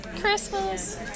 Christmas